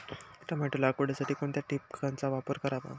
Tomato लागवडीसाठी कोणत्या ठिबकचा वापर करावा?